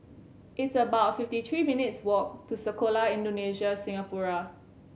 it's about fifty three minutes' walk to Sekolah Indonesia Singapura